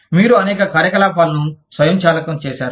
మీరు అనేక కార్యకలాపాలను స్వయం చాలకం చేసారు